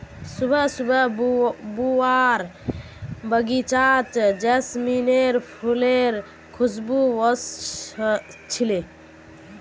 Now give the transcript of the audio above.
सुबह सुबह बुआर बगीचात जैस्मीनेर फुलेर खुशबू व स छिले